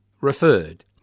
referred